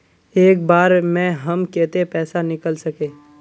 एक बार में हम केते पैसा निकल सके?